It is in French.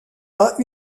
pas